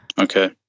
Okay